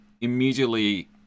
immediately